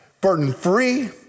burden-free